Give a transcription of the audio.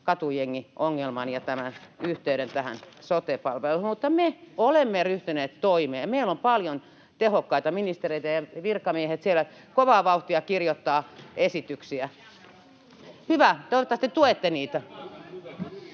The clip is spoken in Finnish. katujengiongelman ja yhteyden näihin sote-palveluihin. Me olemme ryhtyneet toimeen, ja meillä on paljon tehokkaita ministereitä, ja virkamiehet siellä kovaa vauhtia kirjoittavat esityksiä. [Annika Saarikko: Kyllä,